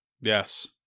Yes